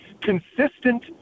consistent